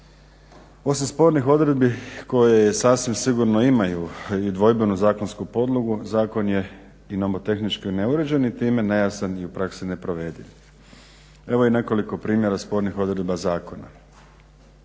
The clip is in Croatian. Osim spornih odredbi koje sasvim sigurno imaju i dvojbenu zakonsku podlogu zakon je i nomotehnički neuređen i time nejasan i u praksi neprovediv. Evo i nekoliko primjera spornih odredba zakona.